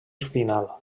final